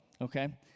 okay